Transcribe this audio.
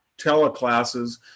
teleclasses